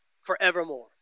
forevermore